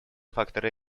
факторы